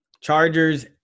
chargers